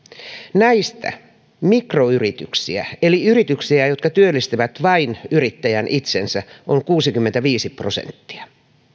näistä mikroyrityksiä eli yrityksiä jotka työllistävät vain yrittäjän itsensä on kuusikymmentäviisi prosenttia